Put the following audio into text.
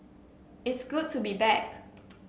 it's good to be back